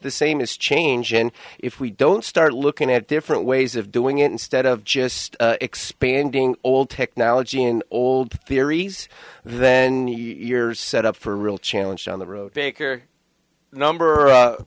the same is change and if we don't start looking at different ways of doing it instead of just expanding old technology and old theories then yours set up for a real challenge down the road baker number